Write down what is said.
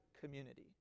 community